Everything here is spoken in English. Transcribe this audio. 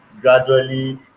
gradually